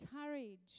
courage